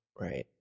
Right